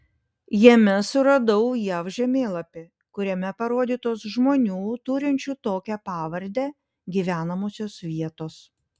jame suradau jav žemėlapį kuriame parodytos žmonių turinčių tokią pavardę gyvenamosios vietos